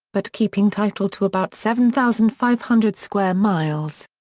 but keeping title to about seven thousand five hundred square miles.